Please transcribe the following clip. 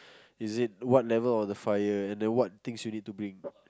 is it what level of the fire and then what things you need to bring